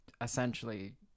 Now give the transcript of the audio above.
essentially